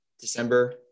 December